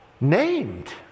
named